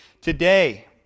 today